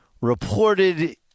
reported